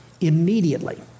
immediately